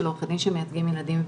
של עורכי דין שמייצגים ילדים ונוער,